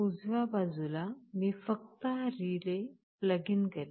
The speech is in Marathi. उजव्या बाजूला मी फक्त हा रिले प्लगईन करेन